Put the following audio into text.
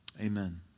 amen